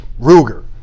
Ruger